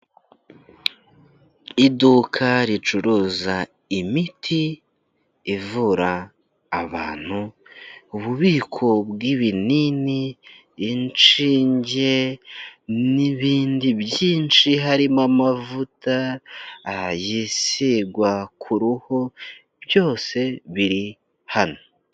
Iduka ricuruza imiti ivura abantu, ububiko bw'ibinini, inshinge n'ibindi byinshi, harimo amavuta, yisigwa ku ruhu, byose biri hano.